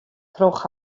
troch